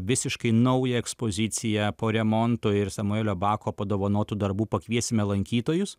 visiškai naują ekspoziciją po remonto ir samuelio bako padovanotų darbų pakviesime lankytojus